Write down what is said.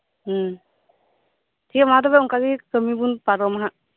ᱦᱮᱸ ᱴᱷᱤᱠᱜᱮᱭᱟ ᱢᱟᱛᱚᱵᱮ ᱚᱱᱠᱟᱜᱤ ᱠᱟᱹᱢᱤ ᱵᱩᱱ ᱯᱟᱨᱚᱢᱟᱦᱟᱜ